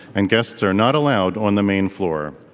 and guests are not allowed on the main floor.